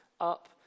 up